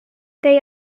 they